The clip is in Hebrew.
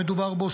שמדובר בו,